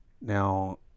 Now